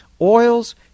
oils